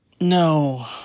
No